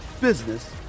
business